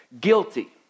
guilty